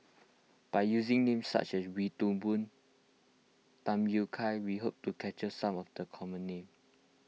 by using names such as Wee Toon Boon Tham Yui Kai we hope to capture some of the common names